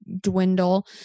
dwindle